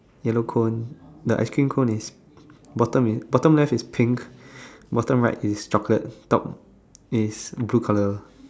yellow cone the ice cream cone is bottom is bottom left is pink bottom right is chocolate top is blue colour